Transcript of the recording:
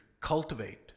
cultivate